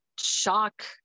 shock